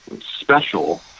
special